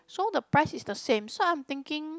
so the price is the same so I'm thinking